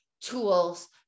tools